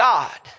God